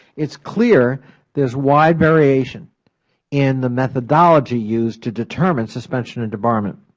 is clear there is wide variation in the methodology used to determine suspension and debarment.